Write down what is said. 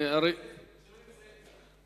שלא נמצאים כאן.